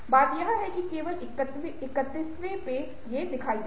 बात यह है कि यह केवल 31 वें के साथ दिखाई देगा